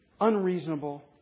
unreasonable